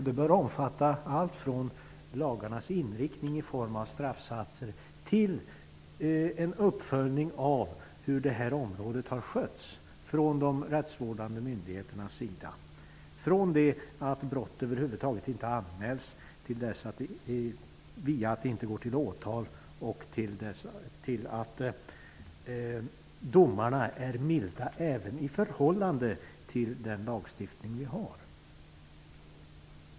Det bör omfatta allt från lagarnas inriktning i form av straffsatser till en uppföljning av hur detta område har skötts från de rättsvårdande myndigheternas sida. Det gäller hela kedjan från det att brott över huvud taget inte blir anmälda, vidare över att de inte går till åtal och slutligen till att domarna är milda även i förhållande till den lagstiftning som vi har.